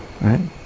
right